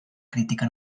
crítica